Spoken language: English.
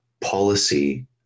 policy